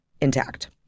intact